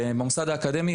במוסד האקדמי,